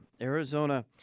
Arizona